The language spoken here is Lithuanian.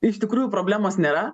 iš tikrųjų problemos nėra